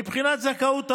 מבחינת זכאות העובד,